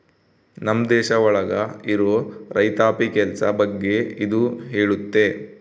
ನಮ್ ದೇಶ ಒಳಗ ಇರೋ ರೈತಾಪಿ ಕೆಲ್ಸ ಬಗ್ಗೆ ಇದು ಹೇಳುತ್ತೆ